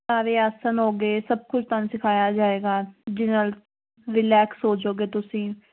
ਸਾਰੇ ਆਸਣ ਹੋ ਗਏ ਸਭ ਕੁਝ ਤੁਹਾਨੂੰ ਸਿਖਾਇਆ ਜਾਏਗਾ ਜਿਹਦੇ ਨਾਲ ਰਿਲੈਕਸ ਹੋ ਜਾਓਗੇ ਤੁਸੀਂ